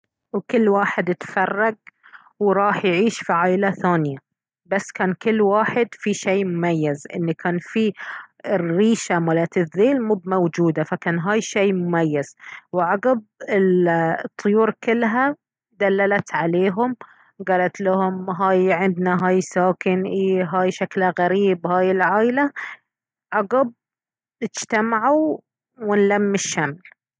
وكل واحد اتفرق وراح يعيش في عايلة ثانية بس كان كل واحد في شي مميز ان كان فيه الريشة مالت الذيل مب موجودة فكان هاي شي مميز وعقب الطيور كلها دللت عليهم قالت لهم هاي عندنا هاي ساكن ايه هاي شكله غريب هاي العايلة عقب اجتمعوا ونلم الشمل